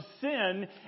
sin